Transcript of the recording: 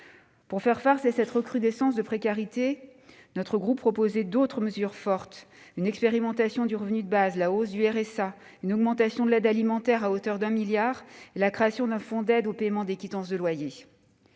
Pour faire face à cette recrudescence de précarité, notre groupe proposait d'autres mesures fortes : une expérimentation du revenu de base, la hausse du RSA, une augmentation de l'aide alimentaire à hauteur de 1 milliard d'euros et la création d'un fonds d'aide au paiement des quittances de loyer.